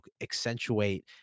accentuate